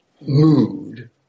mood